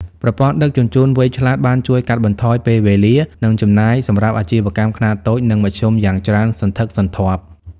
ប្រព័ន្ធដឹកជញ្ជូនវៃឆ្លាតបានជួយកាត់បន្ថយពេលវេលា និងចំណាយសម្រាប់អាជីវកម្មខ្នាតតូច និងមធ្យមយ៉ាងច្រើនសន្ធឹកសន្ធាប់។